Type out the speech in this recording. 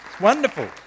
wonderful